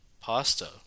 pasta